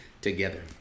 together